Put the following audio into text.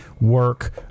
work